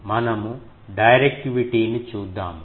ఇప్పుడు మనము డైరెక్టివిటీ ని చూద్దాము